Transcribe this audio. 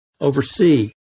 oversee